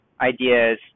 ideas